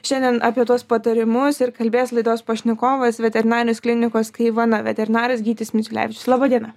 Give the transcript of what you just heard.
šiandien apie tuos patarimus ir kalbės laidos pašnekovas veterinarijos klinikos kaivana veterinaras gytis miciulevičius laba diena